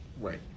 right